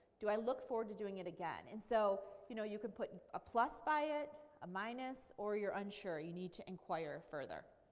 do i look forward to doing it again. and so you know you could put a plus by it, a minus, or you're unsure, you need to inquire further.